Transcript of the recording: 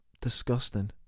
disgusting